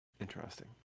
interesting